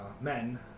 men